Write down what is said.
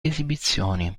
esibizioni